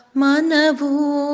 manavu